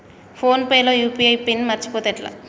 Phone pay లో UPI PIN మరచిపోతే ఎట్లా?